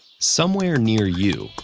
somewhere near you,